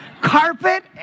Carpet